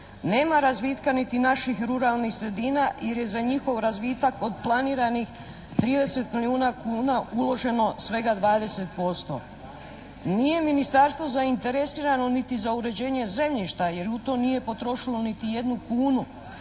nema razvitka niti naših ruralnih sredina jer je za njihov razvitak od planiranih 30 milijuna kuna uloženo svega 20%. Nije ministarstvo zainteresirano niti za uređenje zemljišta jer u to nije potrošilo niti jednu kunu.